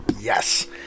Yes